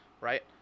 right